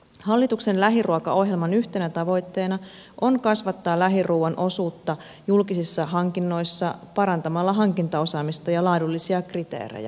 hallituksen lähiruokaohjelman yhtenä tavoitteena on kasvattaa lähiruuan osuutta julkisissa hankinnoissa parantamalla hankintaosaamista ja laadullisia kriteerejä